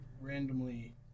randomly